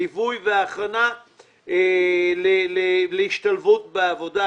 ליווי והכנה להשתלבות בעבודה,